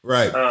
Right